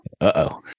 Uh-oh